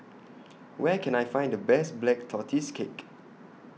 Where Can I Find The Best Black Tortoise Cake